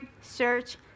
search